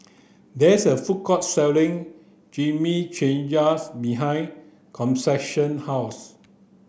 there is a food court selling Chimichangas behind Concepcion's house